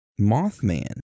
Mothman